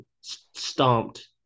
stomped